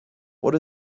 what